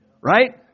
Right